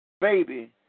baby